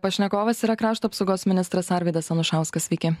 pašnekovas yra krašto apsaugos ministras arvydas anušauskas sveiki